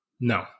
No